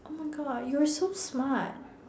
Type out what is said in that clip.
oh my God you were so smart